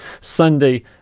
Sunday